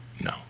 No